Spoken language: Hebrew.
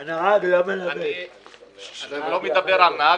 אני מדבר על מלווה, לא על נהג.